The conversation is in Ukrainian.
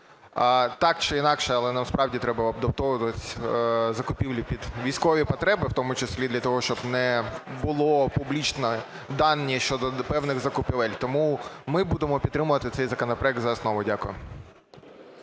Так чи інакше, але нам справді треба адаптовувати закупівлі під військові потреби, у тому числі для того, щоб не було публічних даних щодо певних закупівель. Тому ми будемо підтримувати цей законопроект за основу. Дякую.